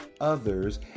others